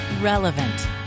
Relevant